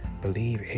believe